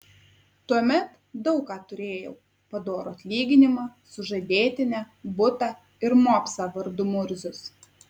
tuomet daug ką turėjau padorų atlyginimą sužadėtinę butą ir mopsą vardu murzius